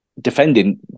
defending